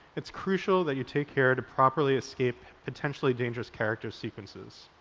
it's crucial that you take care to properly escape potentially dangerous character sequences.